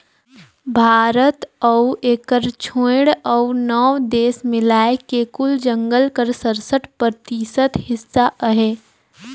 भारत अउ एकर छोंएड़ अउ नव देस मिलाए के कुल जंगल कर सरसठ परतिसत हिस्सा अहे